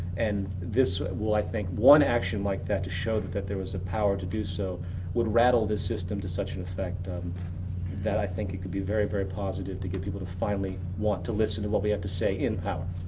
and i think one action like that to show that that there was a power to do so would rattle the system to such an effect um that i think it could be very, very positive to get people to finally want to listen to what we have to say, in power.